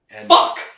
Fuck